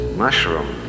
mushroom